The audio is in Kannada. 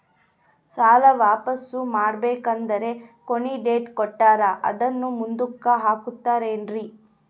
ಸಾಲ ವಾಪಾಸ್ಸು ಮಾಡಬೇಕಂದರೆ ಕೊನಿ ಡೇಟ್ ಕೊಟ್ಟಾರ ಅದನ್ನು ಮುಂದುಕ್ಕ ಹಾಕುತ್ತಾರೇನ್ರಿ?